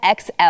XL